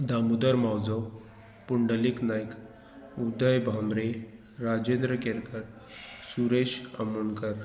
Damodar Mauzo Pundalik Naik Uday Bhembre Rajendra Kerkar Suresh Amonkar